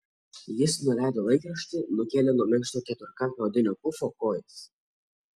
jis nuleido laikraštį nukėlė nuo minkšto keturkampio odinio pufo kojas